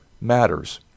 Matters